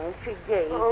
today